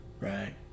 Right